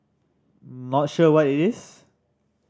not sure what it is